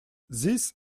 these